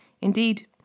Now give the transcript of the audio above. Indeed